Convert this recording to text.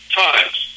times